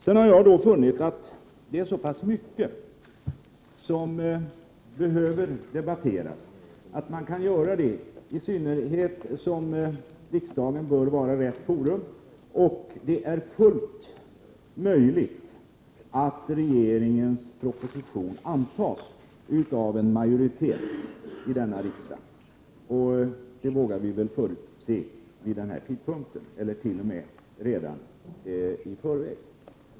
Sedan har jag funnit att det är så pass mycket som behöver debatteras att man kan göra det, i synnerhet som riksdagen bör vara rätt forum. Det är fullt möjligt att regeringens proposition antas av en majoritet i denna riksdag — det vågar vi väl förutse vid denna tid, eller t.o.m. redan i förväg.